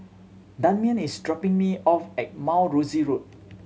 Damien is dropping me off at Mount Rosie Road